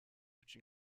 which